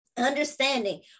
understanding